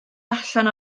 allan